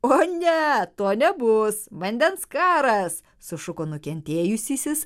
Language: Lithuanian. o ne to nebus vandens karas sušuko nukentėjusysis